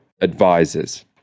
advisors